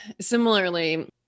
Similarly